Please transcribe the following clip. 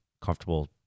comfortable